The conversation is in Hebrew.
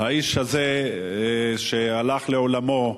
האיש הזה, שהלך לעולמו,